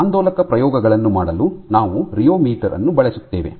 ಆಂದೋಲಕ ಪ್ರಯೋಗಗಳನ್ನು ಮಾಡಲು ನಾವು ರಿಯೊಮೀಟರ್ ಅನ್ನು ಬಳಸುತ್ತೇವೆ